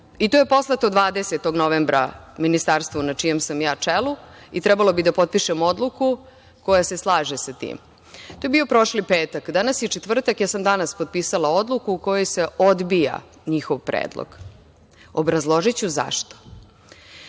i to je poslato 20. novembra ministarstvu na čijem sam čelu i trebalo bi da potpišemo odluku koja se slaže sa tim. To je bio prošli petak, danas je četvrtak, ja sam danas potpisala odluku u kojoj se odbija njihov predlog. Obrazložiću zašto.